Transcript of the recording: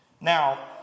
now